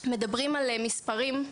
מדברים על מספרים,